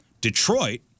Detroit